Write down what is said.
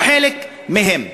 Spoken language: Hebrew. או חלק מהם.